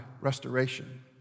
restoration